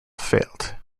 failed